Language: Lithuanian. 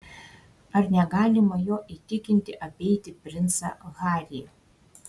ar negalima jo įtikinti apeiti princą harį